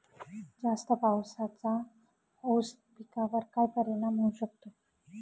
जास्त पावसाचा ऊस पिकावर काय परिणाम होऊ शकतो?